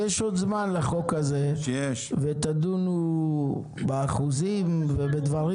יש עוד זמן לחוק הזה ותדונו באחוזים ובדברים